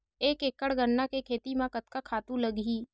एक एकड़ गन्ना के खेती म कतका खातु लगही?